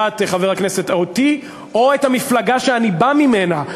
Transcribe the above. אותי או את המפלגה שאני בא ממנה,